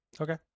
Okay